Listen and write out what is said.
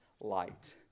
light